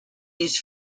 these